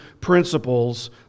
principles